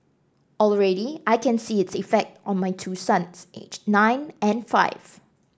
already I can see its effect on my two sons aged nine and five